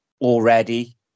already